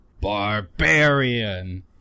Barbarian